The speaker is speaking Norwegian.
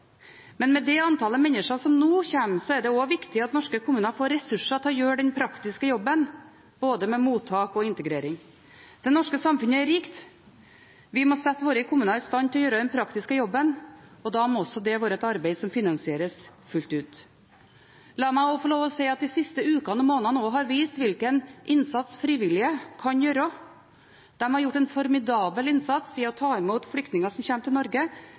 Men med det antallet mennesker som nå kommer, er det også viktig at norske kommuner får ressurser til å gjøre den praktiske jobben med både mottak og integrering. Det norske samfunnet er rikt. Vi må sette våre kommuner i stand til å gjøre den praktiske jobben, og da må det også være et arbeid som finansieres fullt ut. La meg også få lov til å si at de siste ukene og månedene har vist hvilken innsats frivillige kan gjøre. De har gjort en formidabel innsats ved å ta imot flyktninger som kommer til Norge